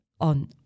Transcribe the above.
on